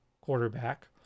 quarterback